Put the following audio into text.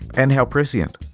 and how prescient!